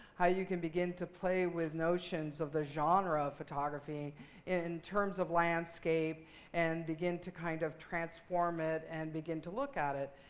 how you can begin to play with notions of the genre of photography in terms of landscape and begin to, kind of, transform it, and begin to look at it.